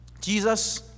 Jesus